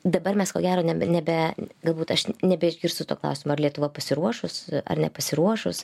dabar mes ko gero neb nebe galbūt aš nebeišgirsiu to klausimo ar lietuva pasiruošus ar nepasiruošus